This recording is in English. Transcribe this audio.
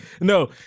no